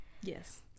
Yes